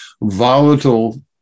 volatile